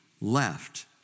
left